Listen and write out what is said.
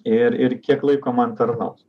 ir ir kiek laiko man tarnaus